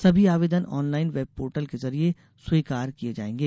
सभी आवेदन online web portal कर्के जरिए स्वीकार किये जायेंगे